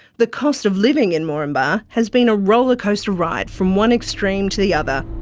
the cost of living in moranbah has been a rollercoaster ride from one extreme to the other.